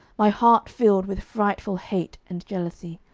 my heart filled with frightful hate and jealousy,